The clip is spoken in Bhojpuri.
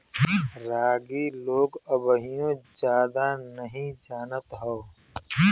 रागी लोग अबहिओ जादा नही जानत हौ